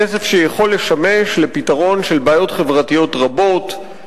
כסף שיכול לשמש לפתרון של בעיות חברתיות רבות,